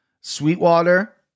Sweetwater